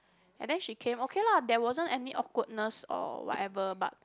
and then she came okay lah there wasn't any awkwardness or whatever but